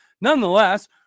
nonetheless